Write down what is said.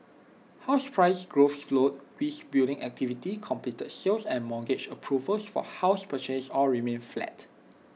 house price growth slowed whilst building activity completed sales and mortgage approvals for house purchase all remained flat